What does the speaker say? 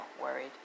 Worried